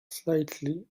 slightly